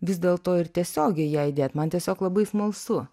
vis dėlto ir tiesiogiai ją įdėt man tiesiog labai smalsu